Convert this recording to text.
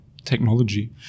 technology